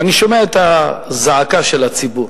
ואני שומע את הזעקה של הציבור.